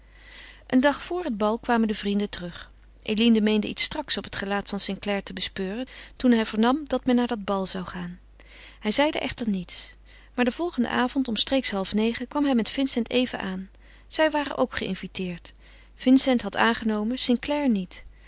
een dag voor het bal kwamen de vrienden terug eline meende iets straks op het gelaat van st clare te bespeuren toen hij vernam dat men naar dat bal zou gaan hij zeide echter niets maar den volgenden avond omstreeks halfnegen kwam hij met vincent even aan zij waren ook geïnviteerd vincent had aangenomen st clare niet